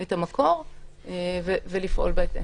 את המקור ולפעול בהתאם.